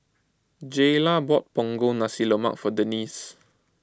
Jayla bought Punggol Nasi Lemak for Denese